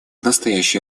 настоящее